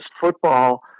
Football